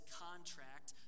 contract